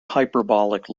hyperbolic